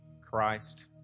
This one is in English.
Christ